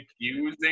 accusing